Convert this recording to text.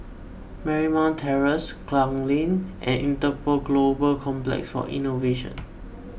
Marymount Terrace Klang Lane and Interpol Global Complex for Innovation